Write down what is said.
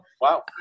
wow